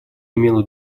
имела